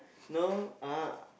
know uh